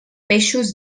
peixos